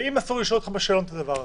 אבל אם אסור לשאול אותך בשאלון את הדבר הזה,